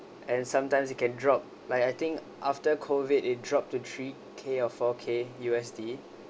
and sometimes it can drop like I think after COVID it dropped to three K or four K U_S_D